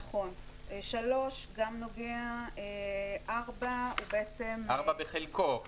נכון, 3 גם נוגע, ו-4 בחלקו.